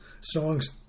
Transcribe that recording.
songs